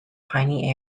piny